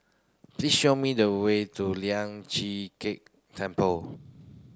please show me the way to Lian Chee Kek Temple